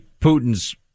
Putin's